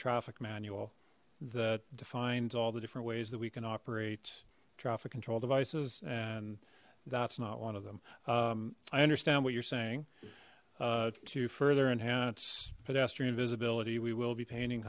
traffic manual that defines all the different ways that we can operate traffic control devices and that's not one of them i understand what you're saying to further enhance pedestrian visibility we will be painting